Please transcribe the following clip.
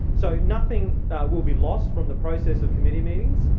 so nothing will be lost from the process of committee meetings.